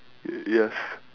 yes